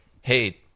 hey